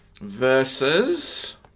verses